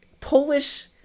Polish